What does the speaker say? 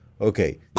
okay